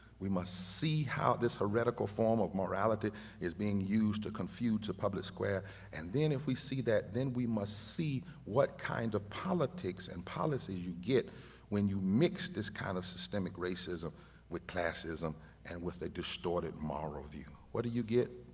we must see how this heretical form of morality is being used to confuse the public square and then if we see that, then we must see what kind of politics and policies you get when you mix this kind of systemic racism with classism and with the distorted moral view. what do you get?